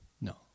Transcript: No